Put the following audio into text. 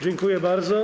Dziękuję bardzo.